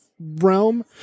realm